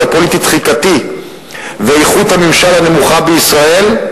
הפוליטי-תחיקתי ואיכות הממשל הנמוכה בישראל,